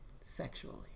Sexually